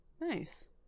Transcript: Nice